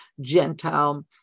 Gentile